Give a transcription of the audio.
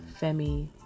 Femi